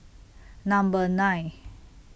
Number nine